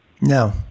No